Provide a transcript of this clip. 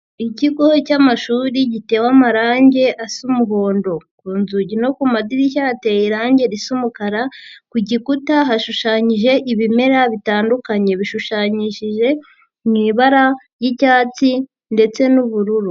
Ikigo cy'amashuri gitewe amarangi asa umuhondo, ku nzugi no ku madirishya hateye irangi risa umukara, ku gikuta hashushanyije ibimera bitandukanye, bishushanyishije mu ibara ry'ibyatsi ndetse n'ubururu.